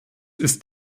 ist